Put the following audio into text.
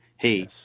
Hey